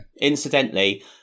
Incidentally